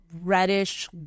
reddish